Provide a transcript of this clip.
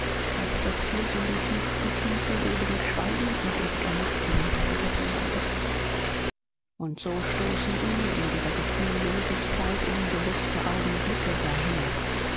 das plötzlich in die tiefsten tiefen ewigen schweigens und ewiger nacht hinuntergerissen wurde und so flossen ihm in dieser gefühllosigkeit unbewußte augenblicke dahin